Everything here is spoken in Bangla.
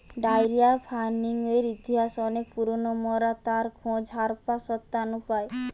ডায়েরি ফার্মিংয়ের ইতিহাস অনেক পুরোনো, মোরা তার খোঁজ হারাপ্পা সভ্যতা নু পাই